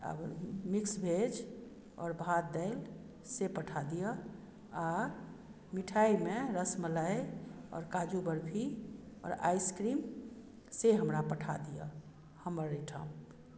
mix veg आओर भात दालि से पठा दिअ आ मिठाइमे रसमालाई आओर काजू बर्फी आओर आइस्क्रीम से हमरा पठा दिअ हमर एहिठाम